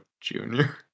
junior